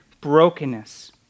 brokenness